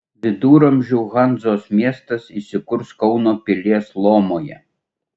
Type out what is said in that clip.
viduramžių hanzos miestas įsikurs kauno pilies lomoje